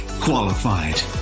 qualified